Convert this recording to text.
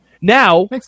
Now